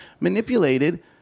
manipulated